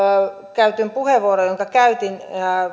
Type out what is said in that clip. käyttämääni puheenvuoroon jonka käytin